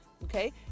Okay